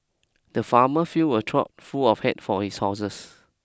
the farmer filled a trough full of hay for his horses